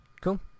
Cool